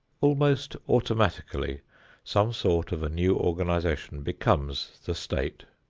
almost automatically some sort of a new organization becomes the state.